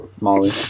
Molly